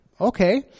okay